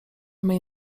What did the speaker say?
mej